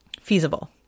feasible